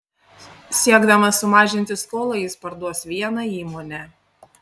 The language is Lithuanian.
siekdamas sumažinti skolą jis parduos vieną įmonę